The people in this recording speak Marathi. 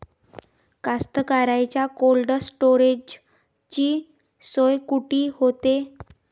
कास्तकाराइच्या कोल्ड स्टोरेजची सोय कुटी होते?